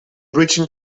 breaching